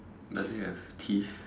does it have teeth